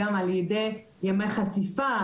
גם על ידי ימי חשיפה,